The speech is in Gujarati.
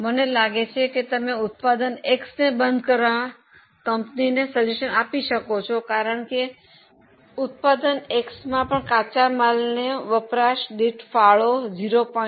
મને લાગે છે કે તમે ઉત્પાદન X ને બંધ કરવા કંપનીને સૂચન આપી શકો છો કારણ કે ઉત્પાદન X માં પણ કાચા માલના વપરાશ દીઠ ફાળો 0